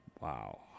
Wow